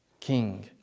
King